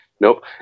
Nope